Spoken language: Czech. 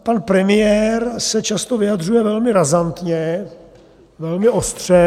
Pan premiér se často vyjadřuje velmi razantně, velmi ostře.